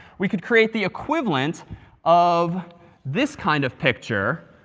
we could create the equivalent of this kind of picture,